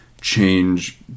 change